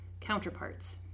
counterparts